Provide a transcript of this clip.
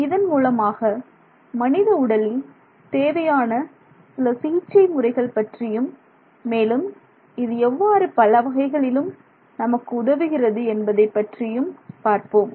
இதன் மூலமாக மனித உடலில் தேவையான சில சிகிச்சை முறைகள் பற்றியும் மேலும் இது எவ்வாறு பல வகைகளிலும் நமக்கு உதவுகிறது என்பதைப் பற்றியும் பார்ப்போம்